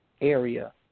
area